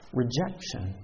rejection